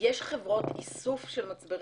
יש חברות איסוף של מצברים?